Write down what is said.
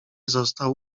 został